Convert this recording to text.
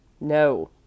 No